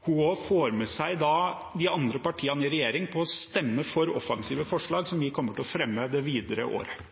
hun får med seg de andre partiene i regjering på å stemme for offensive forslag som vi kommer til å fremme det videre året.